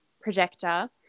projector